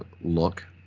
Look